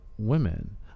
women